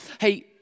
hey